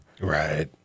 Right